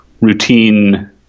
routine